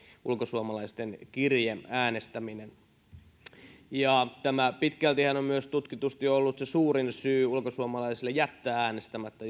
ulkosuomalaisten kirjeäänestäminen juuri tämä äänestyksen tekninen vaikeus pitkältihän on myös tutkitusti ollut se suurin syy ulkosuomalaisille jättää äänestämättä